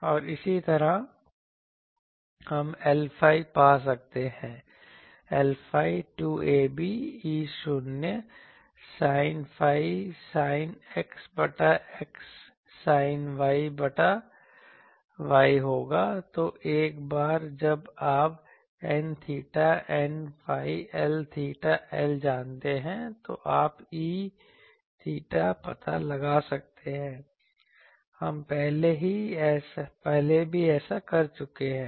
और इसी तरह हम Lϕ पा सकते हैं Lϕ 2ab E0 sin phi sin X बटा X sin Y बटा Y होगा तो एक बार जब आप N𝚹 Nϕ L𝚹 L जानते हैं तो आप E𝚹 पता लगा सकते हैं हम पहले भी ऐसा कर चुके हैं